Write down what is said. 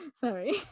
sorry